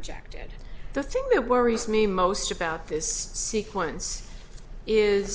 rejected the thing that worries me most about this sequence is